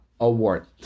award